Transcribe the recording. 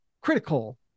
critical